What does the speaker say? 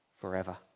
forever